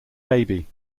baby